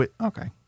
Okay